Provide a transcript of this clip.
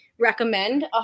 recommend